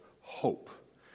hope